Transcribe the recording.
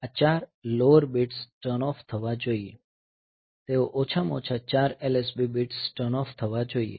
આ 4 lower bits turn off થવા જોઈએ તેઓ ઓછામાં ઓછા 4 LSB બિટ્સ ટર્ન ઓફ થવા જોઈએ